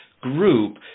group